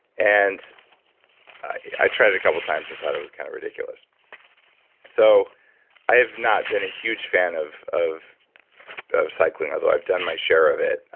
and i tried it a couple times and thought it was kind of ridiculous so i have not been a huge fan of of cycling although i've done my share of it,